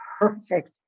perfect